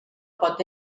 pot